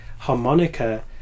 harmonica